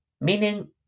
meaning